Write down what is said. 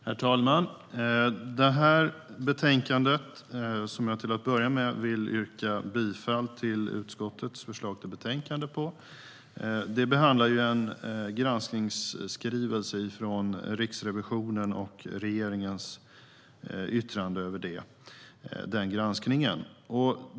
Herr talman! Jag yrkar bifall till utskottets förslag i betänkandet. Betänkandet behandlar en granskningsskrivelse från Riksrevisionen samt regeringens yttrande över den granskningen.